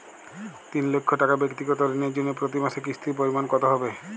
তিন লক্ষ টাকা ব্যাক্তিগত ঋণের জন্য প্রতি মাসে কিস্তির পরিমাণ কত হবে?